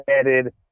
added